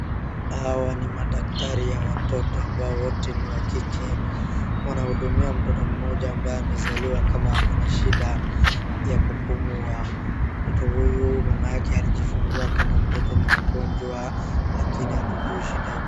Hawa ni madaktari ya watoto ambao wote ni wa kike. Wanahudumia mtoto mmoja ambaye amezaliwa kama akona shida ya kupumua. Mtoto huyu mama yake alijifungua kama mtoto ni mgonjwa lakini hatujui shida.